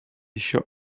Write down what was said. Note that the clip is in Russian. еще